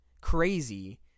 crazy